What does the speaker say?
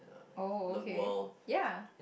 oh okay yeah